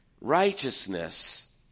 righteousness